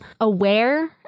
aware